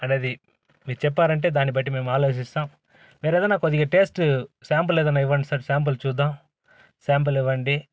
అనేది మీరు చెప్పారంటే దాన్ని బట్టి మేము ఆలోచిస్తాం మీరు ఏదైనా కొద్దిగా టేస్ట్ శ్యాంపుల్ ఏదైనా ఇవ్వండి సార్ శ్యాంపుల్ చూద్దాం శ్యాంపుల్ ఇవ్వండి